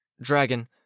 Dragon